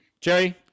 Jerry